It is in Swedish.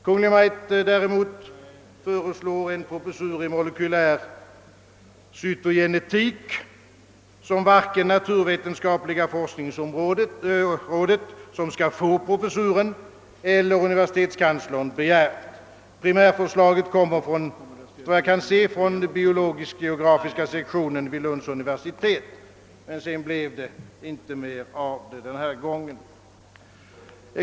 Kungl. Maj:t däremot föreslår en professur i molekylär cytogenetik som varken naturvetenskapliga forskningsrådet, som skall få professuren, eller universitetskanslern begärt. Primärförslaget kommer efter vad jag kan se från den biologisk-geografiska sektionen vid Lunds universitet. Men sedan blev det inte mer av det den här gången.